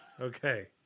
Okay